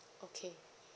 okay